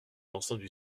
l’ensemble